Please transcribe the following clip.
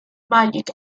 magic